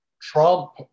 Trump